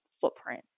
footprint